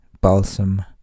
Balsam